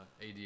AD